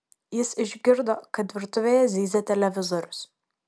jis išgirdo kad virtuvėje zyzia televizorius